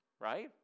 right